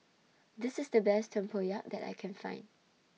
This IS The Best Tempoyak that I Can Find